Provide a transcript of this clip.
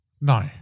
No